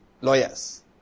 lawyers